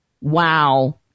wow